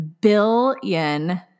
billion